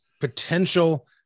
potential